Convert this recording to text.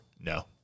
no